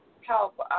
help